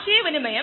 കോളിയിൽE